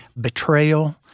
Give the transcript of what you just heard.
betrayal